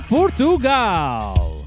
Portugal